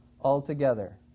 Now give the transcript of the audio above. altogether